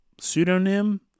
pseudonym